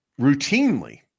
routinely